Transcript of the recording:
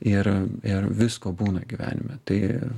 ir ir visko būna gyvenime tai